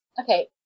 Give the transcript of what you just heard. Okay